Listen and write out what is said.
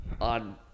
on